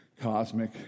cosmic